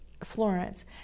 Florence